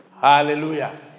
Hallelujah